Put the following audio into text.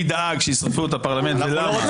מי דאג שישרפו את הפרלמנט ולמה.